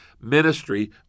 ministry